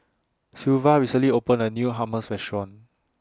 Sylvia recently opened A New Hummus Restaurant